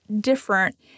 different